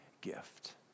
gift